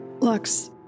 Lux